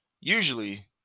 usually